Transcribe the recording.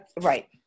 Right